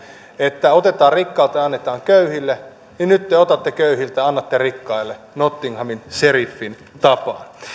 että otetaan rikkailta ja annetaan köyhille niin nyt te otatte köyhiltä ja annatte rikkaille nottinghamin seriffin